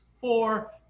four